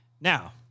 Now